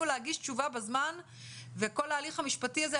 להגיש תשובה בזמן וכל ההליך המשפטי הזה,